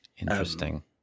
Interesting